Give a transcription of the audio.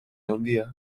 handia